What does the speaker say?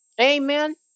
Amen